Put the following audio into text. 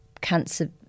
cancer